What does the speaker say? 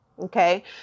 Okay